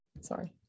Sorry